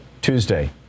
Tuesday